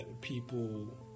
people